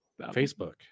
Facebook